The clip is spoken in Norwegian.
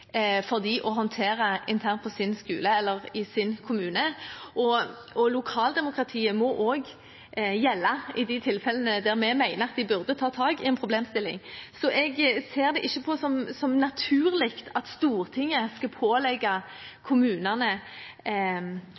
for dem å håndtere dette internt på sin skole eller i sin kommune, og lokaldemokratiet må også gjelde i de tilfellene der vi mener de burde ta tak i en problemstilling. Så jeg ser det ikke som naturlig at Stortinget skal pålegge kommunene